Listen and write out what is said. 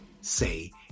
say